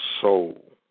soul